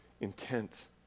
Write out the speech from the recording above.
intent